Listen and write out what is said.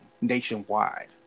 nationwide